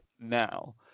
now